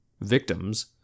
victims